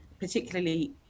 particularly